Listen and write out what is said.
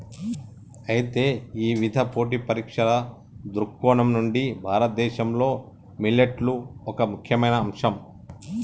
అయితే ఇవిధ పోటీ పరీక్షల దృక్కోణం నుండి భారతదేశంలో మిల్లెట్లు ఒక ముఖ్యమైన అంశం